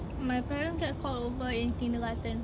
my parents got called over in kindergarten